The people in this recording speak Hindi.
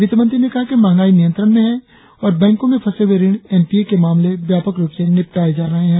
वित्तमंत्री ने कहा कि मंहगाई नियंत्रण में है और बैंको के फंसे हुए ऋण एनपीए के मामले व्यापक रुप से निपटाए जा रहे हैं